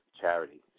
Charity